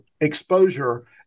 exposure